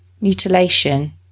Mutilation